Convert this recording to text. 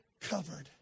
covered